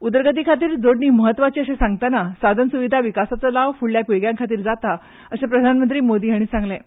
उदरगती खातीर जोडणी म्हत्वाची अशें सांगतना साधनसुविधा विकासाचो लाव फुडल्या पिळग्यां खातीर जाता अर्शे प्रधानमंत्री मोदी हाणी सांगलें